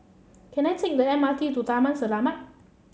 can I take the M R T to Taman Selamat